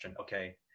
okay